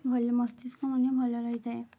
ଭଲ ମସ୍ତିଷ୍କ ମଧ୍ୟ ଭଲ ରହିଥାଏ